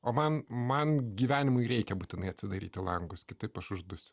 o man man gyvenimui reikia būtinai atsidaryti langus kitaip aš uždusiu